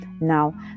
Now